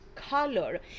color